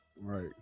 Right